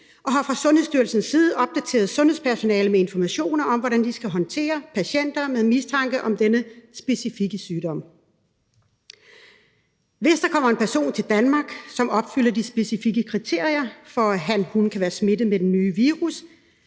og har fra Sundhedsstyrelsens side opdateret sundhedspersonalet med information om, hvordan de skal håndtere patienter med mistanke om denne specifikke sygdom ... Hvis der kommer en person til Danmark, som opfylder de specifikke kriterier for, at han/hun kan være smittet med det nye virus,